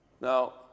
Now